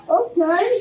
okay